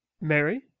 Mary